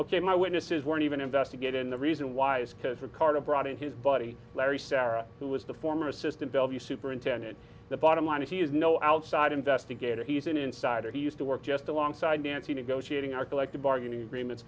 ok my witnesses weren't even investigate and the reason why is because ricardo brought in his buddy larry sara who was the former assistant bellevue superintendent the bottom line is he is no outside investigator he's an insider he used to work just alongside nancy negotiating our collective bargaining agreement